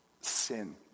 sin